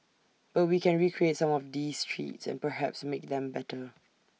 but we can recreate some of these treats and perhaps make them better